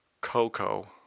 Coco